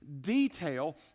detail